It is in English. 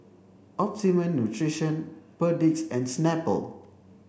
Optimum Nutrition Perdix and Snapple